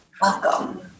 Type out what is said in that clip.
welcome